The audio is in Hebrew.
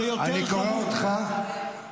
אני מציע שתקשיב למה שאני אומר.